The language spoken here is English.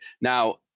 now